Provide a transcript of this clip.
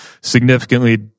significantly